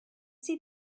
see